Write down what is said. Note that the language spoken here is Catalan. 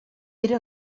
era